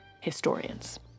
Historians